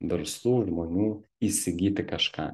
verslų žmonių įsigyti kažką